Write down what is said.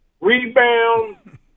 rebound